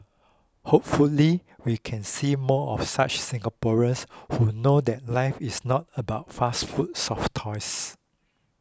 hopefully we can see more of such Singaporeans who know that life is not about fast food soft toys